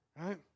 Right